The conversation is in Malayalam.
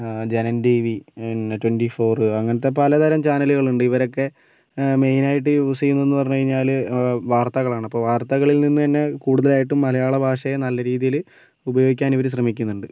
ജനം ടി വി ട്വൻറ്റി ഫോർ അങ്ങനത്തെ പല തരം ചാനലുകൾ ഉണ്ട് ഇവരൊക്കെ മെയിൻ ആയിട്ട് യൂസ് ചെയ്യുന്നത് എന്ന് പറഞ്ഞ് കഴിഞ്ഞാല് വാർത്തകളാണ് അപ്പോൾ വാർത്തകളിൽ നിന്ന് തന്നെ കൂടുതലായിട്ടും മലയാള ഭാഷയെ നല്ല രീതിയിൽ ഉപയോഗിക്കാൻ ഇവർ ശ്രമിക്കുന്നുണ്ട്